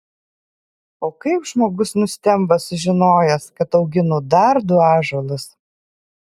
o kaip žmogus nustemba sužinojęs kad auginu dar du ąžuolus